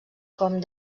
com